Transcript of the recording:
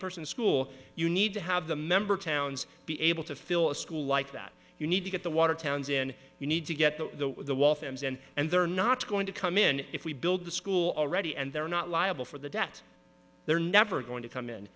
person school you need to have the member towns be able to fill a school like that you need to get the watertown's in you need to get the the wall fems and and they're not going to come in if we build the school already and they're not liable for the debt they're never going to come in